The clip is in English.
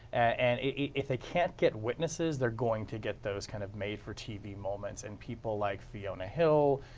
and if they can't get witnesses they are going to get those kind of made for tv moments and people like fiona hill,